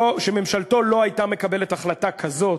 שממשלתו לא הייתה מקבלת החלטה כזאת.